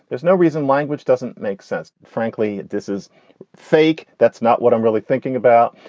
there's no reason language doesn't make sense. frankly, this is fake. that's not what i'm really thinking about.